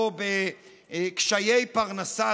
או בקשיי פרנסה,